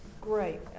Great